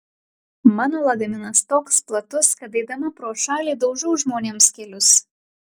mano lagaminas toks platus kad eidama pro šalį daužau žmonėms kelius